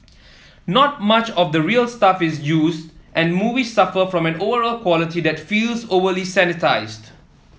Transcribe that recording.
not much of the real stuff is used and the movie suffer from an overall quality that feels overly sanitised